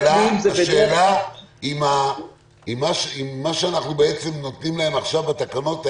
השאלה עם מה שאנחנו בעצם נותנים להם עכשיו בתקנות האלה,